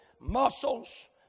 muscles